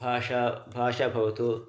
भाषा भाषा भवतु